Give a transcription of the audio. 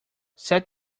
set